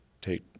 take